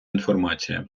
інформація